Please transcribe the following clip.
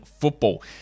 football